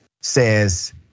says